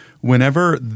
whenever